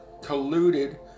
colluded